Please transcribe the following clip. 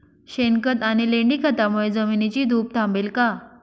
शेणखत आणि लेंडी खतांमुळे जमिनीची धूप थांबेल का?